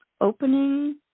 Opening